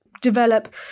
develop